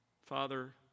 Father